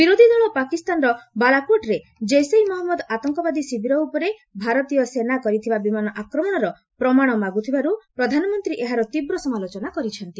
ବିରୋଧୀ ଦଳ ପାକିସ୍ତାନର ବାଲାକୋଟ୍ରେ ଜେିସେ ମହମ୍ମଦ ଆତଙ୍କବାଦୀ ଶିବିର ଉପରେ ଭାରତୀୟ ସେନା କରିଥିବା ବିମାନ ଆକ୍ରମଣର ପ୍ରମାଣ ମାଗୁଥିବାରୁ ପ୍ରଧାନମନ୍ତ୍ରୀ ଏହାର ତୀବ୍ର ସମାଲୋଚନା କରିଛନ୍ତି